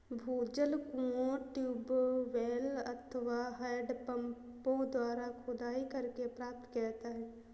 भूजल कुओं, ट्यूबवैल अथवा हैंडपम्पों द्वारा खुदाई करके प्राप्त किया जाता है